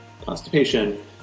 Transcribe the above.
constipation